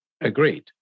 Agreed